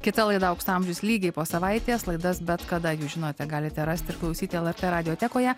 kita laida aukso amžius lygiai po savaitės laidas bet kada jūs žinote galite rasti ir klausyti lrt radiotekoje